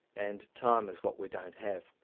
and time is what we don't have.